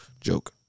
Joke